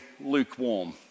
lukewarm